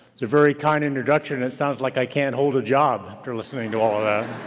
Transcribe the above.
it's a very kind introduction, it sounds like i can't hold a job after listening to all of that.